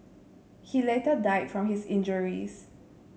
he later died from his injuries